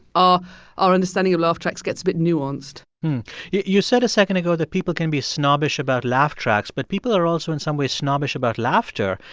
our our understanding of laugh tracks gets a bit nuanced you said a second ago that people can be snobbish about laugh tracks, but people are also in some way snobbish about laughter.